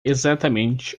exatamente